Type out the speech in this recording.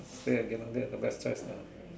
stay at Geylang there is the best choice ah